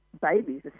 babies